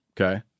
okay